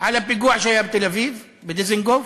על הפיגוע שהיה בתל-אביב, בדיזנגוף,